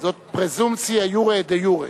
זאת פרזומפציה יורה דה יורה.